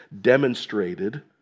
demonstrated